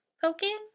poking